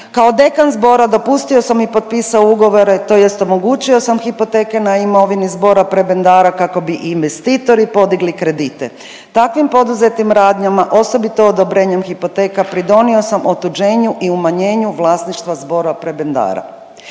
kao dekan zbora dopustio sam i potpisao ugovore, tj. omogućio sam hipoteke na imovini zbora prebendara kako bi i investitori podigli kredite. Takvim poduzetim radnjama osobito odobrenjem hipoteka pridonio sam otuđenju i umanjenju vlasništva zbora prebendara.